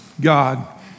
God